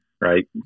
right